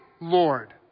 Lord